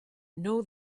know